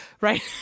Right